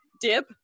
dip